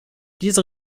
diese